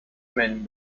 meant